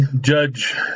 Judge